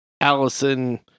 Allison